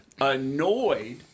annoyed